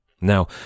Now